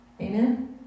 Amen